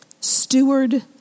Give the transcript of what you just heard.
Steward